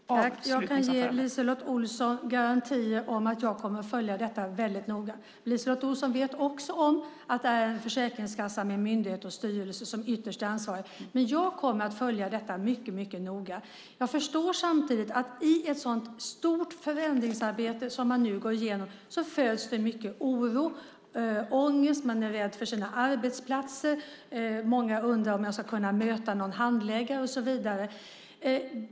Fru talman! Jag kan ge LiseLotte Olsson garantier om att jag kommer att följa detta väldigt noga. LiseLotte Olsson vet också att Försäkringskassan är en myndighet med en styrelse som ytterst är ansvarig, men jag kommer att följa detta mycket, mycket noga. Jag förstår samtidigt att det föds mycket oro och ångest i ett sådant stort förändringsarbete som man nu går igenom. Många är rädda om sina arbetsplatser, och många undrar om man ska kunna möta någon handläggare och så vidare.